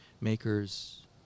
makers